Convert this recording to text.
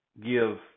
give